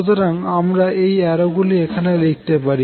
সুতরাং আমরা এই অ্যারো গুলি এখানে লিখতে পারি